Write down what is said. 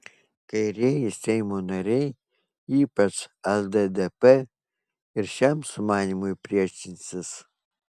kairieji seimo nariai ypač lddp ir šiam sumanymui priešinsis